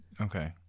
okay